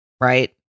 right